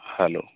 hello